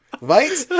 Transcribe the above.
right